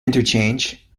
interchange